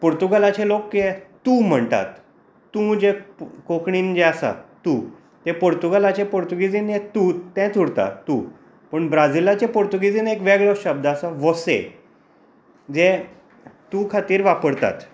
पुर्तुगालाचे लोक तूं म्हणटात तूं जे कोंकणींत जे आसा तूं हे पुर्तुगालाचे पुर्तुगीजींत हे तूं तेंच उरता तूं पूण ब्राजीलाच्या पुर्तुगीजींत एक वेगळो शब्द आसा वोसे जे तूं खातीर वापरतात